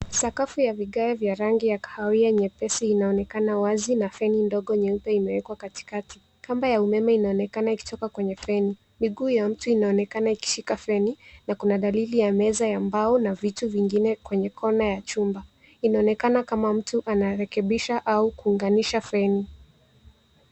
sakafu ya vigae vya rangi ya kahawia nyepesi inaonekana wazi na feni ndogo nyeupe imewekwa katikati. Kamba ya umeme inaonekana ikitoka kwenye feni. Miguu ya mtu inaonekana ikishika feni na kuna dalili ya meza ya mbao na vitu vingine kwenye kona ya chumba. Inaonekana kama mtu anarekebisha au kuunganisha feni.